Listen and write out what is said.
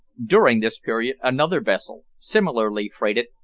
during this period another vessel, similarly freighted,